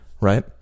Right